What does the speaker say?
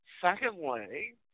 Secondly